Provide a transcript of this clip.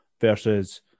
versus